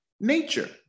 nature